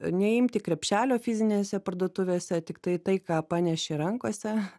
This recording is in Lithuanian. neimti krepšelio fizinėse parduotuvėse tiktai tai ką paneši rankose